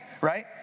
right